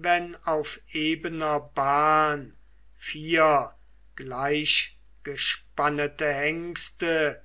wenn auf ebener bahn vier gleichgespannete hengste